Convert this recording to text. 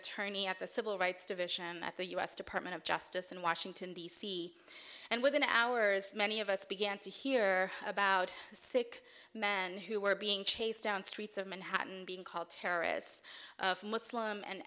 attorney at the civil rights division at the u s department of justice in washington d c and within two hours many of us began to hear about sick men who were being chased down streets of manhattan being called terrorists muslim an